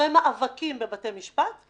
אחרי מאבקים בבתי המשפט,